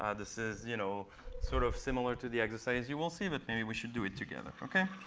ah this is you know sort of similar to the exercises you will see with me. we should do it together, ok?